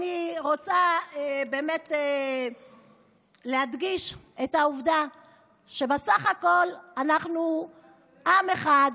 אני רוצה להדגיש את העובדה שבסך הכול אנחנו עם אחד.